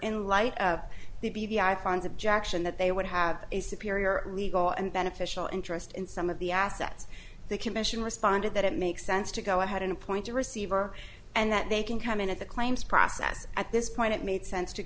in light of the b v i pons objection that they would have a superior legal and beneficial interest in some of the assets the commission responded that it makes sense to go ahead and appoint a receiver and that they can come in at the claims process at this point it made sense to